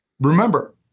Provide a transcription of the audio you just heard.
Remember